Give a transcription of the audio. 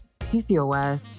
PCOS